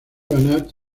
banat